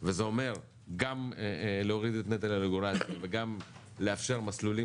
וזה אומר גם להוריד את נטל הרגולציה וגם לאפשר מסלולים